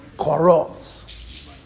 corrupts